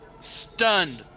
stunned